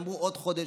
אמרו: עוד חודש,